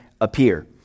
appear